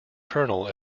kernel